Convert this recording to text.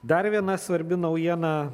dar viena svarbi naujiena